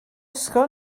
ysgol